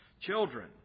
Children